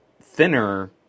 thinner